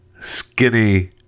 skinny